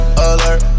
alert